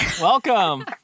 Welcome